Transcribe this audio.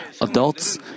Adults